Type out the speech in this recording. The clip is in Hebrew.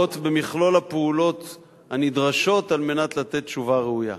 חייב לנקוט את מכלול הפעולות הנדרשות כדי לתת תשובה ראויה.